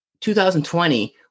2020